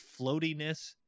floatiness